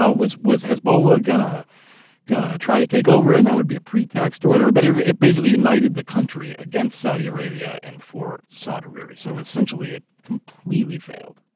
ah was was hezbollah gonna gonna try to take over and that would be a pre-text? or whatever. but but it basically united the country against saudi arabia and for saad hariri. so essentially, it completely failed.